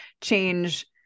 change